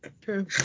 True